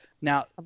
Now